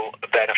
benefit